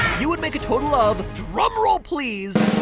you would make a total of drumroll please